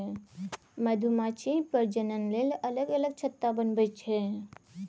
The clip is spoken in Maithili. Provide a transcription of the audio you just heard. मधुमाछी प्रजनन लेल अलग अलग छत्ता बनबै छै